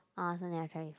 I also never try before